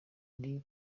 ndi